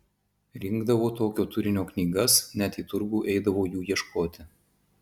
rinkdavo tokio turinio knygas net į turgų eidavo jų ieškoti